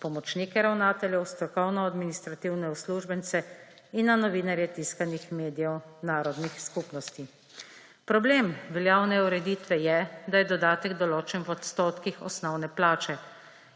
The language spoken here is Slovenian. pomočnike ravnateljev, strokovno-administrativne uslužbence in na novinarje tiskanih medijev narodnih skupnosti. Problem veljavne ureditve je, da je dodatek določen v odstotkih osnovne plače.